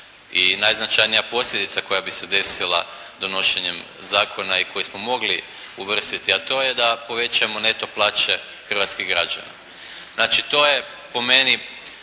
i najznačajnija posljedica koja bi se desila donošenjem zakona i koji smo mogli uvrstiti, a to je da povećamo neto plaće hrvatskih građana. Znači to je po meni